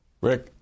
Rick